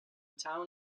town